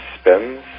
spins